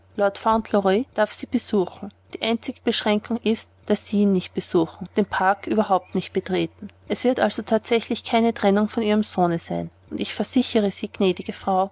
darf sie besuchen die einzige beschränkung ist daß sie ihn nicht besuchen den park überhaupt nicht betreten es wird also thatsächlich keine trennung von ihrem sohne sein und ich versichere sie gnädige frau